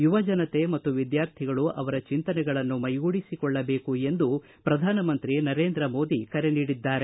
ಯುವಜನತೆ ಮತ್ತು ವಿದ್ವಾರ್ಥಿಗಳು ಅವರ ಚಿಂತನೆಗಳನ್ನು ಮೈಗೂಡಿಸಿಕೊಳ್ಳಬೇಕು ಎಂದು ಪ್ರಧಾನ ಮಂತ್ರಿ ನರೇಂದ್ರ ಮೋದಿ ಕರೆ ನೀಡಿದ್ದಾರೆ